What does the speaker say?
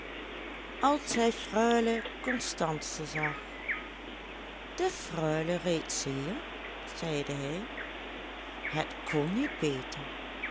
als hij freule constance zag de freule reeds hier zeide hij het kon niet beter